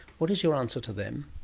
what is your answer to them?